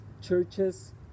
churches